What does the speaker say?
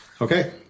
Okay